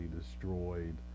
destroyed